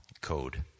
code